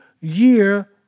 year